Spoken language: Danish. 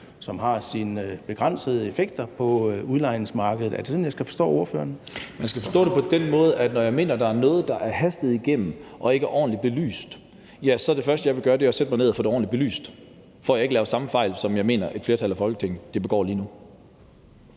som har sine begrænsede effekter på udlejningsmarkedet. Er det sådan, jeg skal forstå ordføreren? Kl. 10:58 Lars Boje Mathiesen (NB): Man skal forstå det på den måde, at når jeg mener, der er noget, der er hastet igennem og ikke er ordentligt belyst, ja, så er det første, jeg vil gøre, at sætte mig ned og få det ordentligt belyst, for at jeg ikke laver samme fejl, som jeg mener et flertal af Folketinget begår lige nu.